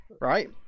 right